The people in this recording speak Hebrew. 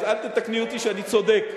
אז אל תתקני אותי כשאני צודק.